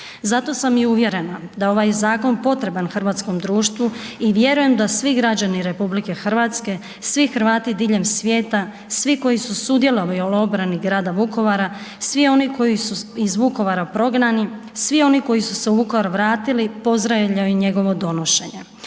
Zato sam i uvjerena da ovaj zakon potreban hrvatskom društvu i vjerujem da svi građani RH, svi Hrvati diljem svijeta, svi koji su sudjelovali u obrani grada Vukovara, svi oni koji su iz Vukovara prognani, svi oni koji su se u Vukovar vratili pozdravljaju njegovo donošenje.